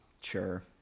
Sure